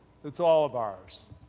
it is all of ours.